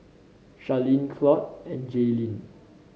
Sharleen Claud and Jailyn